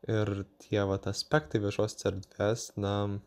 ir tie vat aspektai viešosios erdvės na